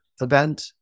event